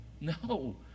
No